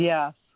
Yes